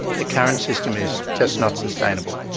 the current system is just not sustainable.